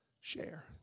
share